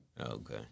okay